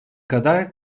kadar